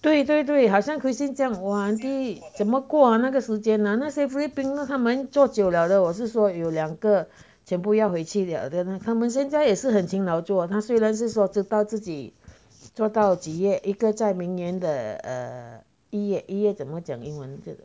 对对对好像 christine 这样 !wah! auntie 怎么过啊那个时间那些菲律宾他们做久了了我是说有两个全部要回去了他们现在也是很勤劳做他虽然是说知道自己做到几月一个在明年的 err 一月怎么讲英文这个